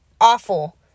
awful